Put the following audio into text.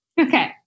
Okay